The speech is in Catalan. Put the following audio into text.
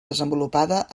desenvolupada